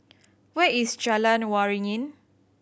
where is Jalan Waringin